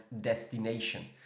destination